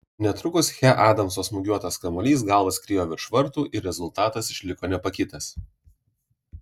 netrukus che adamso smūgiuotas kamuolys galva skriejo virš vartų ir rezultatas išliko nepakitęs